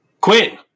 Quinn